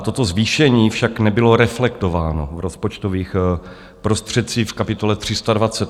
Toto zvýšení však nebylo reflektováno v rozpočtových prostředcích v kapitole 328.